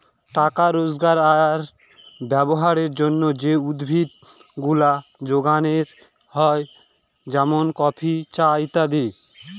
টাকা রোজগার আর ব্যবহারের জন্যে যে উদ্ভিদ গুলা যোগানো হয় যেমন কফি, চা ইত্যাদি